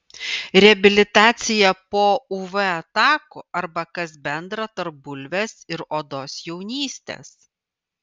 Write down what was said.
reabilitacija po uv atakų arba kas bendra tarp bulvės ir odos jaunystės